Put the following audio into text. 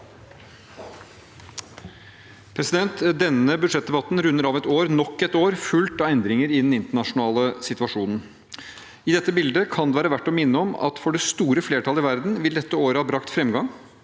Denne budsjettde- batten runder av et år – nok et år – fullt av endringer i den internasjonale situasjonen. I dette bildet kan det være verdt å minne om at for det store flertallet i verden vil dette året ha brakt fremgang;